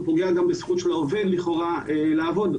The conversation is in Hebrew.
הוא פוגע גם בזכות של העובד לכאורה לעבוד.